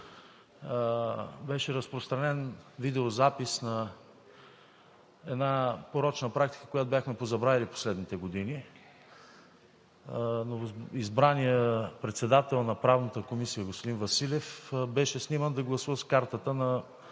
беше разпространен видеозапис на една порочна практика, за която бяхме позабравили последните години – новоизбраният председател на Правната комисия господин Василев беше сниман да гласува с картата на